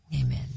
Amen